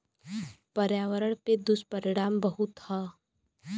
पर्यावरण पे दुष्परिणाम बहुते हौ